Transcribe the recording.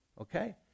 okay